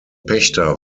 pächter